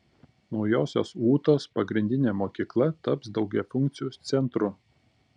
naujosios ūtos pagrindinė mokykla taps daugiafunkciu centru